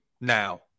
now